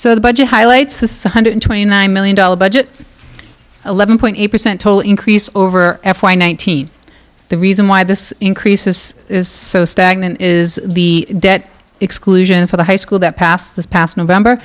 so the budget highlights this one hundred and twenty nine million dollars budget eleven eight percent total increase over f y nineteen the reason why this increases is so stagnant is the debt exclusion for the high school that passed this past november